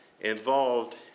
involved